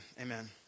amen